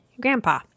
Grandpa